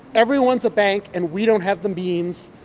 everyone's a bank, and we don't have the means.